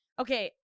Okay